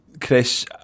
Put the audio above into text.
Chris